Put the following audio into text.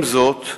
עם זאת,